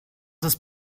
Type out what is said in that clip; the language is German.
ist